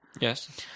Yes